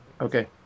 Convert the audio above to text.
Okay